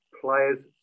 players